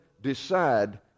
decide